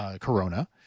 Corona